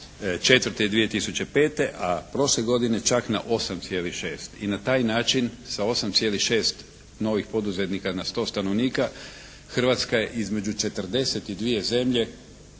2004. i 2005. a prošle godine čak na 8,6 i na taj način sa 8,6 novih poduzetnika na 100 stanovnika Hrvatska je između 42 zemlje